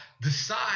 decide